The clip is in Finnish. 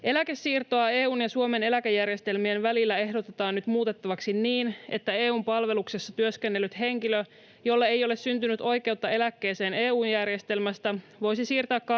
Eläkesiirtoa EU:n ja Suomen eläkejärjestelmien välillä ehdotetaan nyt muutettavaksi niin, että EU:n palveluksessa työskennellyt henkilö, jolle ei ole syntynyt oikeutta eläkkeeseen EU:n järjestelmästä, voisi siirtää karttuneen